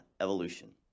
evolution